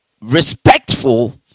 respectful